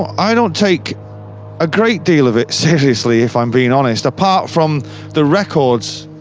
i don't take a great deal of it seriously, if i'm being honest, apart from the records,